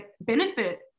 benefit